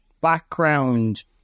background